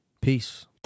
peace